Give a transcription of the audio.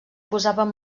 posaven